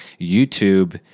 YouTube